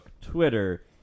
Twitter